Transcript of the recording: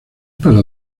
para